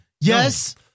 Yes